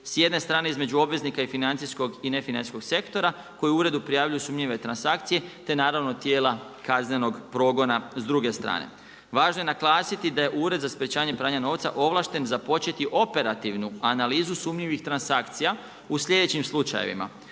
s jedne strane između obveznika i financijskom i nefinancijskog sektora koji uredu prijavljuju sumnjive transakcije te naravno, tijela kaznenog progona s druge strane. Važno je naglasiti da je Ured za sprečavanja pranja novca ovlašten započeti operativnu analizu sumnjivih transakcija u slijedećim slučajevima.